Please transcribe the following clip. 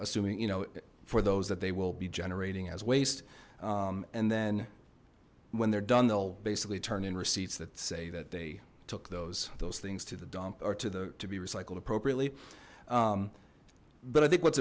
assuming you know for those that they will be generating as waste and then when they're done they'll basically turn in receipts that say that they took those those things to the dump are to the to be recycled appropriately but i think what's